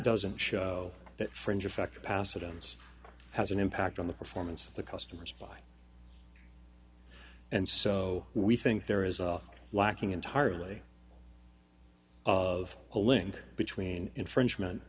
doesn't show that fringe effect passage ends has an impact on the performance of the customers by and so we think there is a lacking entirely of a link between infringement